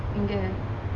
like india